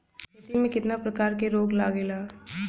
खेती में कितना प्रकार के रोग लगेला?